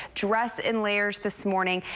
dress in layers this morning.